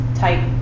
type